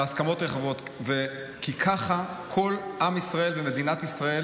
בהסכמות רחבות, כי ככה כל עם ישראל ומדינת ישראל